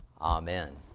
Amen